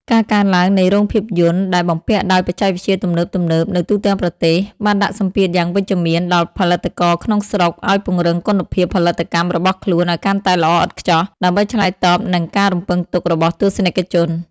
ការកើនឡើងនៃរោងភាពយន្តដែលបំពាក់ដោយបច្ចេកវិទ្យាទំនើបៗនៅទូទាំងប្រទេស បានដាក់សម្ពាធយ៉ាងវិជ្ជមានដល់ផលិតករក្នុងស្រុកឱ្យពង្រឹងគុណភាពផលិតកម្មរបស់ខ្លួនឱ្យកាន់តែល្អឥតខ្ចោះដើម្បីឆ្លើយតបនឹងការរំពឹងទុករបស់ទស្សនិកជន។